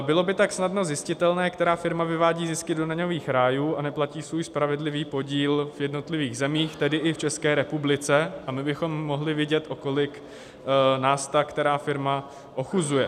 Bylo by tak snadno zjistitelné, která firma vyvádí zisky do daňových rájů a neplatí svůj spravedlivý podíl v jednotlivých zemích, tedy i v České republice, a my bychom mohli vidět, o kolik nás ta která firma ochuzuje.